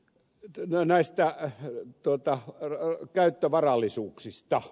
sitten näistä käyttövarallisuuksista